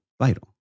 vital